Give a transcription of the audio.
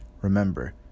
remember